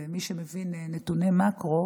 מי שמבין נתוני מקרו